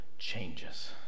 changes